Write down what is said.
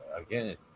again